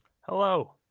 hello